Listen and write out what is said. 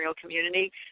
community